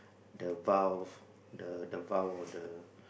the vow the the vow or the